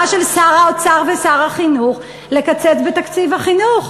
של שר האוצר ושר החינוך לקצץ בתקציב החינוך,